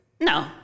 No